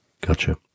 gotcha